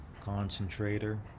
concentrator